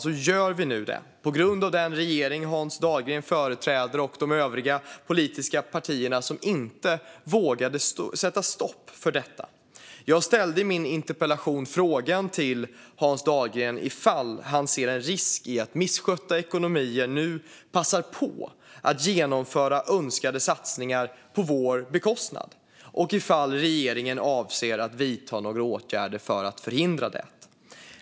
Tyvärr gör vi det nu, på grund av den regering som Hans Dahlgren företräder och de övriga politiska partier som inte vågade sätta stopp för detta. Jag frågade i min interpellation Hans Dahlgren ifall han ser en risk i att misskötta ekonomier nu passar på att genomföra önskade satsningar på vår bekostnad och ifall regeringen avser att vidta några åtgärder för att förhindra det.